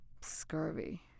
Scurvy